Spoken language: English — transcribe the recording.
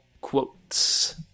quotes